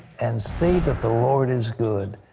and see that the lord is good.